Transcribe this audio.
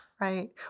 Right